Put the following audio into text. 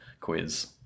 quiz